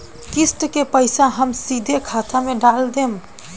किस्त के पईसा हम सीधे खाता में डाल देम?